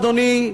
אדוני,